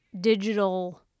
digital